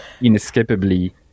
inescapably